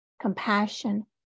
compassion